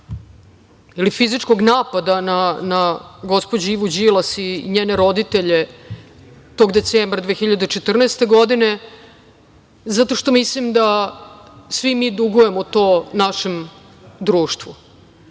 ili fizičkog napada, na gospođu Ivu Đilas i njene roditelje tog decembra 2014. godine, zato što mislim da svi mi dugujemo to našem društvu.